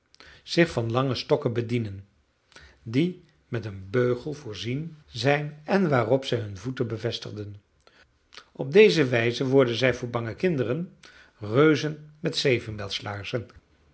zich van lange stokken bedienen die met een beugel voorzien zijn en waarop zij hun voeten bevestigen op deze wijze worden zij voor bange kinderen reuzen met